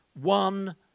one